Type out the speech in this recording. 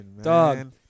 dog